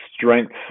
strength